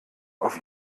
auf